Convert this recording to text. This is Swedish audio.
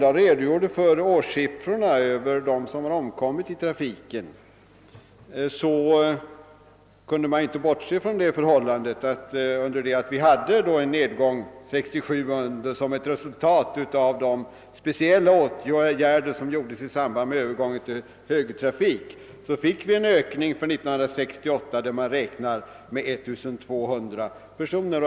Av de årssiffror över antalet som omkommit i trafiken och som herr Lindahl lämnade framgick, att det var en nedgång år 1967 såsom ett resultat av de speciella åtgärder som vidtogs i samband med övergången till högertrafik, medan antalet dödade i trafiken år 1968 beräknas ha ökat till 1200 personer.